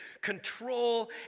control